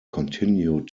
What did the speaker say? continued